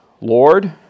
Lord